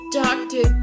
doctor